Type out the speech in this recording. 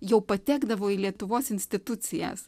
jau patekdavo į lietuvos institucijas